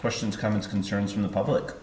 questions comments concerns from the public